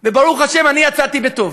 וברוך השם, אני יצאתי בטוב.